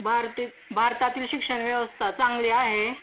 भारती भारतातील शिक्षण व्यवस्था चांगली आहे